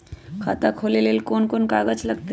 खाता खोले ले कौन कौन कागज लगतै?